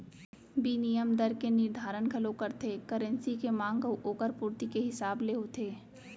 बिनिमय दर के निरधारन घलौ करथे करेंसी के मांग अउ ओकर पुरती के हिसाब ले होथे